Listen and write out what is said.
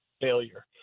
failure